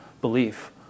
belief